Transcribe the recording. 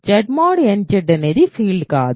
Z mod nZ అనేది field కాదు